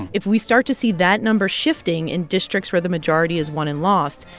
if we start to see that number shifting in districts where the majority is won and lost,